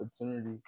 opportunity